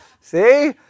See